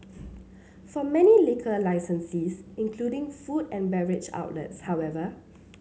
for many liquor licensees including food and beverage outlets however